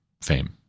fame